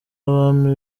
abami